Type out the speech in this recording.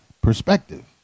perspective